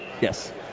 Yes